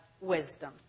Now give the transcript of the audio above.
wisdom